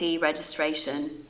registration